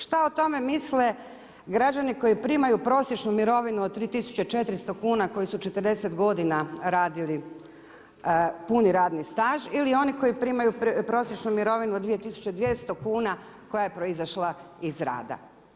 Šta o tome misle građani koji primaju prosječnu mirovinu od 3 400 kuna koju su 40 godina radili puni radni staž ili oni koji primaju prosječnu mirovinu od 2 200 kuna koja je proizašla iz rada?